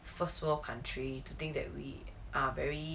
first world country to think that we are very